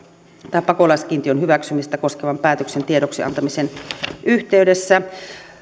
tai pakolaiskiintiön hyväksymistä koskevan päätöksen tiedoksiantamisen yhteydessä